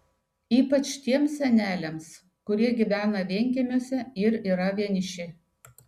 ypač tiems seneliams kurie gyvena vienkiemiuose ir yra vieniši